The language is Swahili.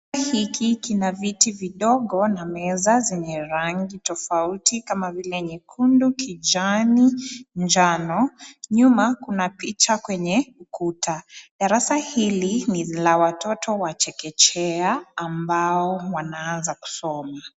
Chumba hiki kina viti vidogo na meza zenye rangi tofouti kama vile nyekundu kijani njano . Nyuma kuna picha kwenye ukuta darasa hili ni la watoto wa chekechea ambao wanaanza kusoma.